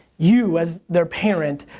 you as their parent,